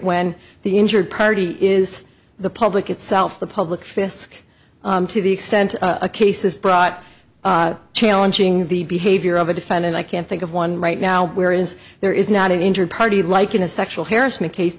when the injured party is the public itself the public fisc to the extent a case is brought challenging the behavior of a defendant i can't think of one right now where is there is not an injured party like in a sexual harassment case